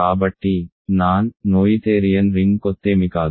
కాబట్టి non Noetherian ring కొత్తేమి కాదు